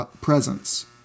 presence